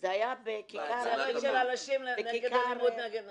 זה היה בעצרת של נשים נגד אלימות נגד נשים.